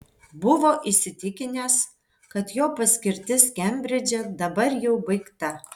buvo įsitikinęs kad jo paskirtis kembridže dabar jau baigta